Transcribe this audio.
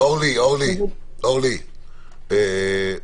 אני אהיה